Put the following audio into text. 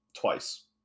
twice